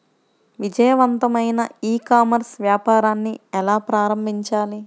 విజయవంతమైన e commerce వ్యాపారాన్ని ఎలా ప్రారంభించాలి?